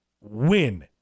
win